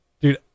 Dude